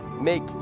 make